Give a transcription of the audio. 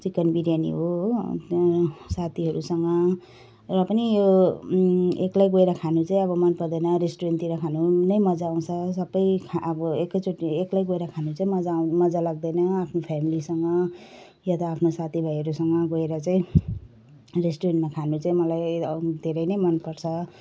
chicken biryani हो हो त्यहाँ साथीहरूसँग र पनि यो एक्लै गएर खानु चाहिँ अब मन पर्दैन रेस्टुरेन्टतिर खानु नै मजा आउँछ सबै अब एकैचोटि एक्लै गएर खानु चाहिँ मजा आउँ मजा लाग्दैन आफ्नो फ्यामिलीसँग या त आफ्नो साथीभाइहरूसँग गएर चाहिँ रेस्टुरेन्टमा खानु चाहिँ मलाई धेरै नै मन पर्छ